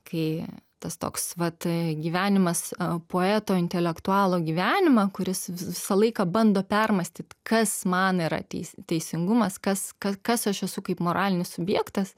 kai tas toks vat gyvenimas poeto intelektualo gyvenimą kuris visą laiką bando permąstyti kas man yra tei teisingumas kas ka kas aš esu kaip moralinis subjektas